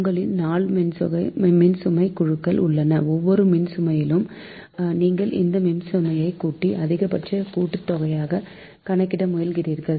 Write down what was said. உங்களிடம் 4 மின்சுமை குழுக்கள் உள்ளன ஒவ்வொரு மணியிலும் நீங்கள் இந்த மின்சுமையை கூட்டி அதிகபட்ச கூட்டுத்தொகையை கணக்கிட முயல்கிறீர்கள